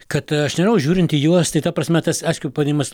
kad aš nežinau žiūrint į juos tai ta prasme tas aišku pavadinimas